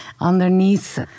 underneath